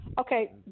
okay